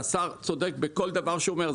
והשר צודק בכל דבר שהוא אומר.